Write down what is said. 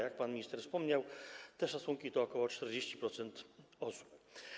Jak pan minister wspomniał, te szacunki wynoszą ok. 40% osób.